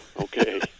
okay